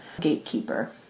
Gatekeeper